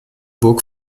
burg